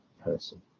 person